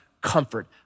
comfort